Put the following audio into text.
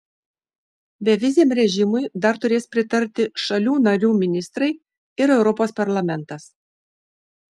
beviziam režimui dar turės pritarti šalių narių ministrai ir europos parlamentas